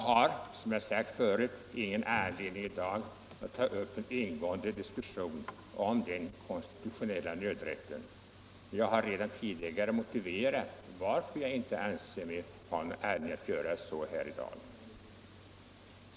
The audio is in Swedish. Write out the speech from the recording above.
Herr talman! Jag har ingen anledning att i dag ta upp en ingående diskussion om den konstitutionella nödrätten. Jag har redan tidigare motiverat varför jag inte anser mig ha anledning att göra det här i dag.